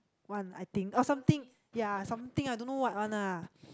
one I think or something ya something I don't know what one ah